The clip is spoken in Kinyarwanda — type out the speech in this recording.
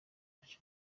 aje